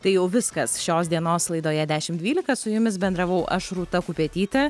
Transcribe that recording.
tai jau viskas šios dienos laidoje dešim dvylika su jumis bendravau aš rūta kupetytė